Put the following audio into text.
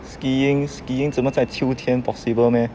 skiing skiing 怎么在秋天 possible meh